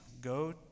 go